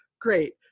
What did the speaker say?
great